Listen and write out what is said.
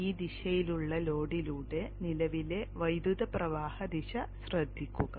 ഈ ദിശയിലുള്ള ലോഡിലൂടെ നിലവിലെ വൈദ്യുത പ്രവാഹ ദിശ ശ്രദ്ധിക്കുക